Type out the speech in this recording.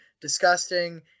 disgusting